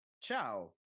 ciao